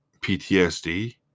PTSD